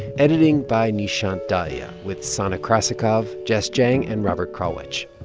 editing by nishant dahiya with sana krasikov, jess jiang and robert krulwich.